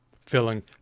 filling